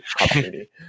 opportunity